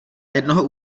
jednoho